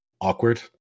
awkward